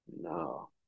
No